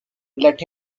let